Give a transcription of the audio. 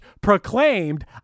proclaimed